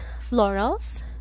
florals